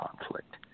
conflict